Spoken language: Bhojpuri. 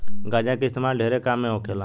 गांजा के इस्तेमाल ढेरे काम मे होखेला